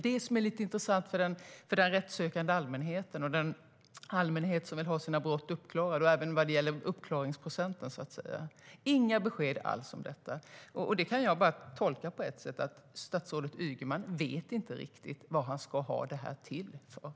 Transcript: Det är intressant för den rättssökande allmänheten och den allmänhet som vill ha sina brott uppklarade, det vill säga frågan om uppklaringsprocenten. Det finns inga besked alls. Det kan jag bara tolka på ett sätt, nämligen att statsrådet Ygeman inte riktigt vet vad han ska ha den nya organisationen till.